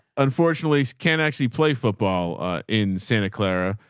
unfortunately can't actually play football in santa clara.